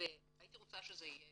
והייתי רוצה שזה יהיה